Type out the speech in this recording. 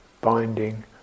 binding